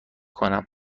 کنم